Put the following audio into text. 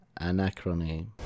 anachrony